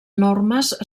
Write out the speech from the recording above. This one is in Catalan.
normes